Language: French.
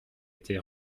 été